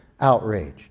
outraged